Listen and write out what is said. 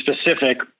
specific